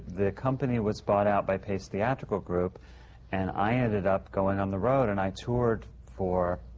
the company was bought out by pace theatrical group and i ended up going on the road. and i toured for